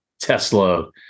Tesla